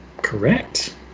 correct